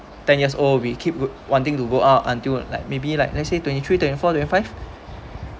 ten years old we keep wanting to go out until like maybe like let's say twenty three twenty four twenty five